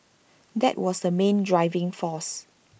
that was the main driving force